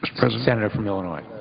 the senator from illinois.